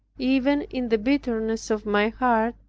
even in the bitterness of my heart,